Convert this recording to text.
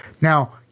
now